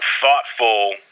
thoughtful